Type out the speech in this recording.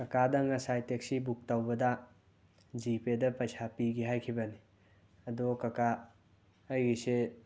ꯀꯀꯥꯗ ꯉꯁꯥꯏ taxi book ꯇꯧꯕꯗ ꯖꯤꯄꯦꯗ ꯄꯩꯁꯥ ꯄꯤꯒꯦ ꯍꯥꯏꯈꯤꯕꯅꯤ ꯑꯗꯣ ꯀꯀꯥ ꯑꯩꯒꯤꯁꯦ